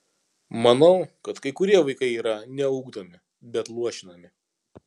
manau kad kai kurie vaikai yra ne ugdomi bet luošinami